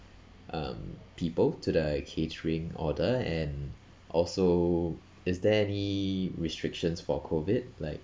um people to the catering order and also is there any restrictions for COVID like